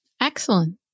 Excellent